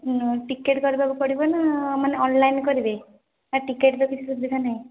ticket କରିବାକୁ ପଡ଼ିବ ନା ମାନେ ଅନଲାଇନ୍ କରିବି ନା ଟିକେଟ କିଛି ସୁବିଧା ନାଇଁ